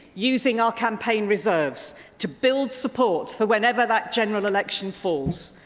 using our campaign reserves to build support for whenever that general election falls.